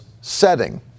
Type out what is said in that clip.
setting